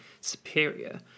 superior